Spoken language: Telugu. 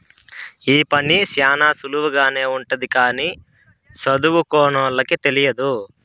ఈ పని శ్యానా సులువుగానే ఉంటది కానీ సదువుకోనోళ్ళకి తెలియదు